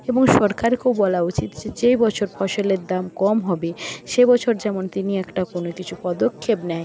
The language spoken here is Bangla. এবং সরকারকেও বলা উচিত যে যে বছর ফসলের দাম কম হবে সে বছর যেমন তিনি একটা কোনো কিছু পদক্ষেপ নেয়